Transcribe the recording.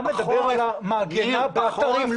אתה מדבר על מעגנה באתרים.